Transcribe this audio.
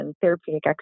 therapeutic